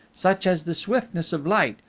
such as the swiftness of light,